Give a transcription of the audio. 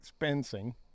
expensing